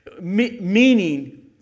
meaning